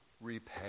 repay